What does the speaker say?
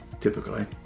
typically